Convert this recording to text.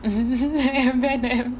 M&M